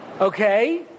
Okay